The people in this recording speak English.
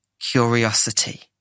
Curiosity